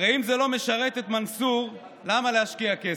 הרי אם זה לא משרת את מנסור, למה להשקיע כסף?